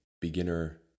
beginner